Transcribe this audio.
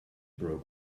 broke